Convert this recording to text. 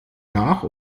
nach